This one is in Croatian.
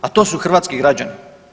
A to su hrvatski građani.